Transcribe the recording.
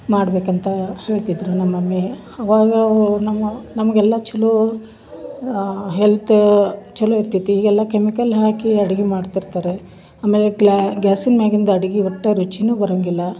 ಮಾಡಬೇಕಂತ ಹೇಳ್ತಿದ್ದರು ನಮ್ಮ ಮಮ್ಮಿ ಆವಾಗ ನಮ್ಮ ನಮಗೆಲ್ಲ ಚಲೋ ಹೆಲ್ತ್ ಚಲೋ ಇರ್ತಿತ್ತು ಈಗೆಲ್ಲ ಕೆಮಿಕಲ್ ಹಾಕಿ ಅಡ್ಗಿ ಮಾಡ್ತಿರ್ತಾರೆ ಆಮೇಲೆ ಗ್ಯಾಸಿನ ಮ್ಯಾಗಿಂದ ಅಡ್ಗಿ ಒಟ್ಟು ರುಚಿಯೂ ಬರಂಗಿಲ್ಲ